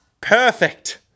Perfect